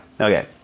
Okay